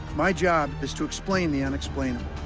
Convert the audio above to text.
my job is to explain the unexplainable,